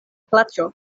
plaĉo